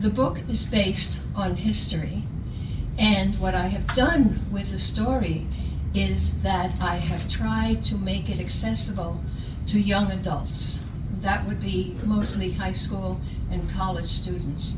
the book is faced by history and what i have done with the story is that i have tried to make it accessible to young adults that would be mostly high school and college students